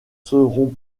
seront